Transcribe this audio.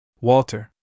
Walter